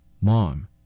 Mom